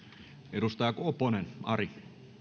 edustaja koponen ari